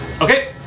Okay